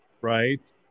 right